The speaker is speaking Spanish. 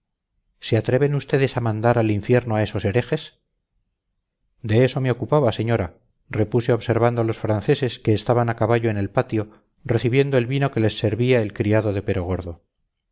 se atreven ustedes a mandar al infierno a esos herejes de eso me ocupaba señora repuse observando a los franceses que estaban a caballo en el patio recibiendo el vino que les servía el criado de